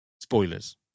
spoilers